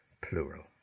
plural